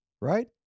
right